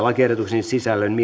lakiehdotuksen sisällöstä